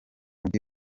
mujyi